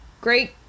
great